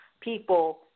people